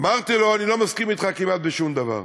אמרתי לו: אני לא מסכים אתך כמעט בשום דבר.